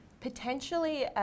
Potentially